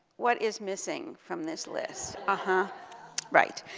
what is missing from this list? uh-huh. right.